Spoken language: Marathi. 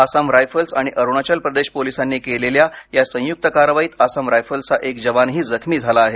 आसाम रायफल्स आणि अरुणाचल प्रदेश पोलीसांनी केलेल्या या संयुक्त कारवाईत आसाम रायफल्सचा एक जवानही जखमी झाला आहे